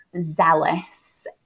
zealous